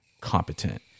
competent